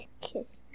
Kiss